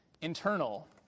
internal